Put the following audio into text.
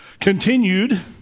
continued